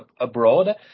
abroad